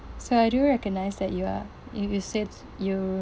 so I do recognise that you are you you said you